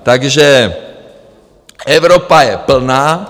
Takže Evropa je plná.